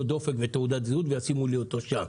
דופק ותעודת זהות וישימו לי אותו שם.